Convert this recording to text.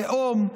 לאום,